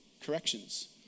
corrections